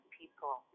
people